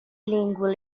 lingual